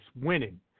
winning